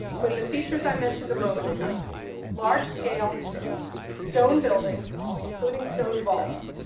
when the features i mentioned a moment ago large-scale stone buildings, including stone vaults,